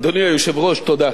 אדוני היושב-ראש, תודה.